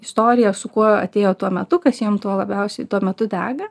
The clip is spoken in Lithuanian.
istorija su kuo atėjo tuo metu kas jam tuo labiausiai tuo metu dega